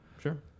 Sure